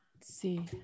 see